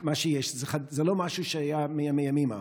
מה שיש זה לא משהו שהיה מימים ימימה.